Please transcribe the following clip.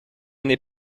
n’est